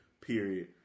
period